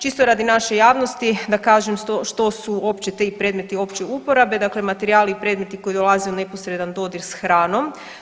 Čisto radi naše javnosti, da kažem što su opći ti predmeti opće uporabe, dakle materijali i predmeti koji dolaze u neposredan dodir s hranom.